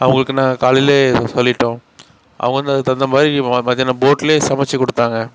அவங்களுக்கு நான் காலையில் சொல்லிவிட்டோம் அவங்க வந்து அதுக்கு தகுந்த மாதிரி மத்தியானம் போட்டில் சமைச்சிக் கொடுத்தாங்க